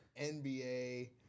NBA